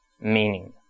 meaning